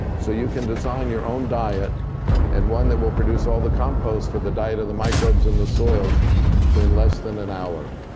so you can design your own diet and one that will produce all the composts for the diet of the microbes in the soils in less than an hour.